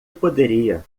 poderia